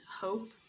hope